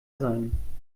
sein